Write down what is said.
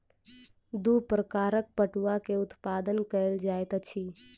दू प्रकारक पटुआ के उत्पादन कयल जाइत अछि